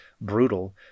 brutal